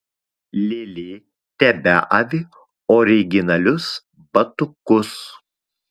lėlė tebeavi originalius batukus